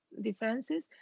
differences